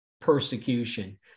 persecution